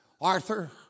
Arthur